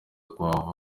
kuhava